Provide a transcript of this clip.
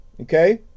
Okay